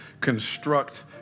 construct